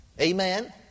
Amen